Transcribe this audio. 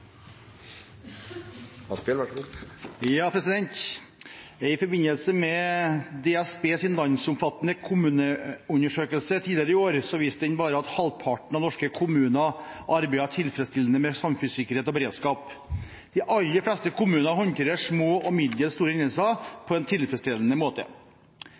landsomfattende kommuneundersøkelse tidligere i år viste at bare halvparten av norske kommuner arbeider tilfredsstillende med samfunnssikkerhet og beredskap. De aller fleste kommuner håndterer små og middels store hendelser på en tilfredsstillende måte.